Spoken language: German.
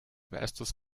meisters